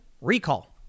recall